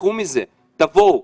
תשכחו מזה, תבואו,